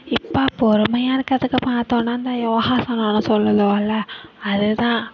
இப்போ பொறுமையாக இருக்கிறதுக்கு பார்த்தோனா அந்த யோகாசனலாம் சொல்லுதுவோல அதுதான்